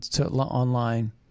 online